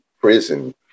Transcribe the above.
prison